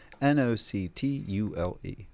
N-O-C-T-U-L-E